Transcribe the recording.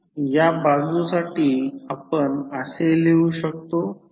या बाजूसाठी आपण असे लिहू शकतो